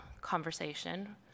conversation